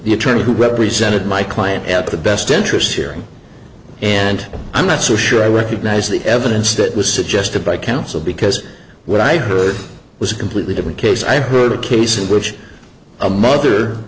the attorney who represented my client the best interests here and i'm not so sure i recognise the evidence that was suggested by counsel because what i heard was a completely different case i heard a case in which a mother